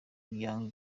your